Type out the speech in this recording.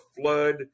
flood